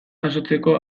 jasotzeko